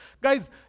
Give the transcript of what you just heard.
Guys